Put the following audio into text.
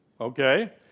okay